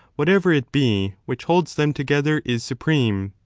whatever it be, which holds them together, is supreme.